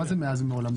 מה זה מאז ומעולם?